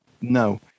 No